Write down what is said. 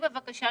בבקשה,